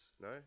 no